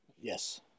Yes